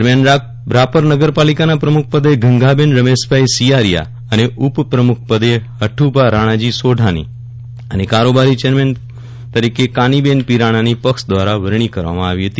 દરમિયાન રાપર નગરપાલિકાના પ્રમુખપદે ગંગાબેન રમેશભાઈસિયારીયા અને ઉપપ્રમુખપદે હઠુભા રાણાજી સોઢાની અને કારોબારી ચેરમેન કાનીબેન પીરાણાની પક્ષ દ્વારા વરણી કરવામાં આવી હતી